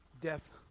death